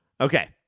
Okay